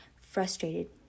frustrated